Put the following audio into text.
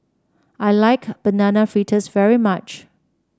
I like Banana Fritters very much